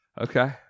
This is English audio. Okay